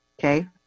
Okay